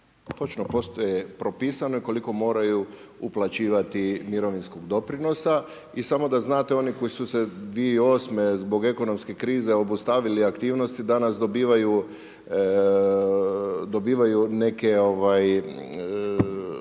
točno postoji propisano i koliko moraju uplaćivati mirovinskog doprinosa i samo da znate oni koji su se 2008. zbog ekonomske krize obustavili aktivnosti, danas dobivaju neke